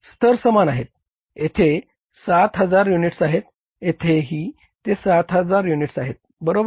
स्तर समान आहे येथे ते 7000 युनिट्स आहे येथे ही ते 7000 युनिट्स आहेत बरोबर